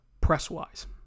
press-wise